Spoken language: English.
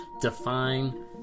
define